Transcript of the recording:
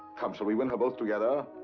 come, shall we win her both together?